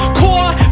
core